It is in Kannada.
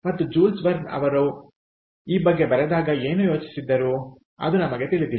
ಮತ್ತು ಜೂಲ್ಸ್ ವರ್ನ್ ಅವರು ಈ ಬಗ್ಗೆ ಬರೆದಾಗ ಏನು ಯೋಚಿಸಿದ್ದರು ಅದು ನಮಗೆ ತಿಳಿದಿಲ್ಲ